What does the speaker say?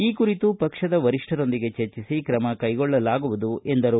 ಈ ಕುರಿತು ಪಕ್ಷದ ವರಿಷ್ಠರೊಂದಿಗೆ ಚರ್ಚಿಸಿ ಕ್ರಮ ಕೈಗೊಳ್ಳಲಾಗುವುದು ಎಂದರು